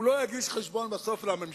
הוא לא יגיש בסוף חשבון לממשלה?